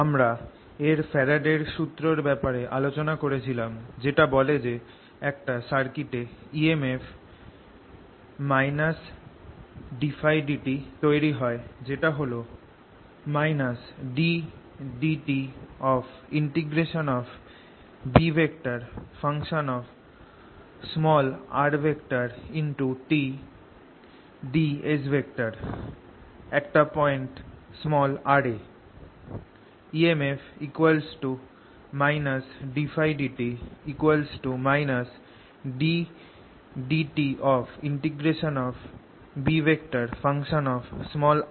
আমরা এর ফ্যারাডের সুত্রর Faraday's Law ব্যাপারে আলোচনা করছিলাম যেটা বলে যে একটা সার্কিটে emf ddtՓ তৈরি হয় যেটা হল ddtBrtds একটা পয়েন্ট r এ